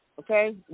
okay